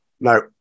No